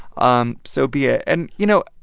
um so be it. and, you know,